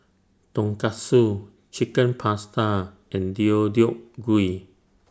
Tonkatsu Chicken Pasta and Deodeok Gui